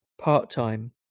part-time